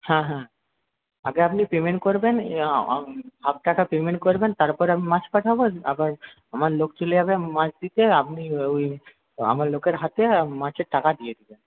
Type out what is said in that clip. হ্যাঁ হ্যাঁ আগে আপনি পেমেন্ট করবেন হাফ টাকা পেমেন্ট করবেন তারপর আমি মাছ পাঠাব আবার আমার লোক চলে যাবে মাছ দিতে আপনি ওই আমার লোকের হাতে মাছের টাকা দিয়ে দেবেন